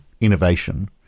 innovation